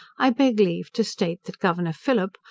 i beg leave to state, that governor phillip,